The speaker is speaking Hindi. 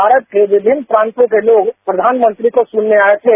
भारत के विभिन्न प्रांतों के लोग प्रधानमंत्री को सुनने आए थे